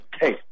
Hey